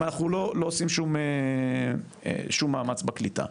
אם אנחנו לא עושים שום מאמץ בקליטה.